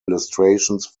illustrations